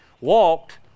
walked